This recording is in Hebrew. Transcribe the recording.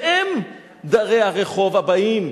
והם דרי הרחוב הבאים.